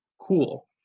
Cool